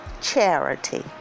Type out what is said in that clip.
charity